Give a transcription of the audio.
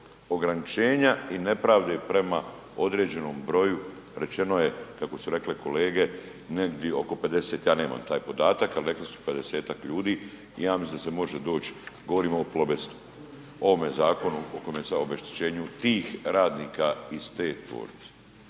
ograničenja i nepravde prema određenom broju, rečeno je, kako su rekle kolege, negdi oko 50, ja nemam taj podatak, al rekli su 50-tak ljudi i ja mislim da se može doć, govorimo o Plobestu, o ovome zakonu o …/Govornik se ne razumije/… o obeštećenju tih radnika iz te tvornice.